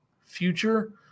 future